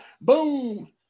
boom